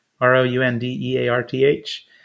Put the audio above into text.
r-o-u-n-d-e-a-r-t-h